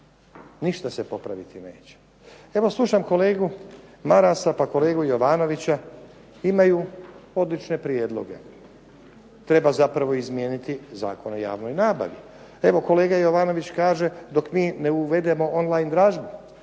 Ništa se popraviti neće. Evo slušam kolegu Marasa, pa kolegu Jovanovića, imaju odlične prijedloge. Treba zapravo izmijeniti Zakon o javnoj nabavi. Evo kolega Jovanović kaže dok mi ne uvedemo online dražbu